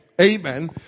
Amen